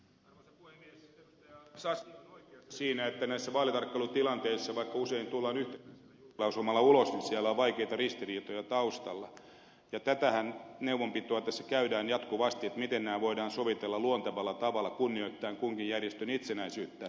sasi on oikeassa siinä että näissä vaalitarkkailutilanteissa vaikka usein tullaan yhtenäisellä julkilausumalla ulos on vaikeita ristiriitoja taustalla ja tätähän neuvonpitoa tässä käydään jatkuvasti miten nämä voidaan sovitella luontevalla tavalla kunnioittaen kunkin järjestön itsenäisyyttä